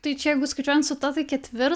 tai čia jeigu skaičiuojant su ta tai ketvir